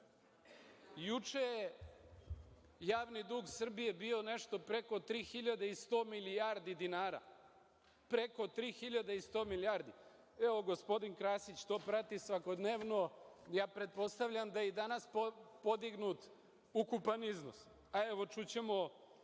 je javni dug Srbije bio nešto preko 3.100 milijardi dinara, preko 3.100 milijardi. Evo, gospodin Krasić to prati svakodnevno. Ja pretpostavljam da i danas podignut ukupan iznos, a evo čućemo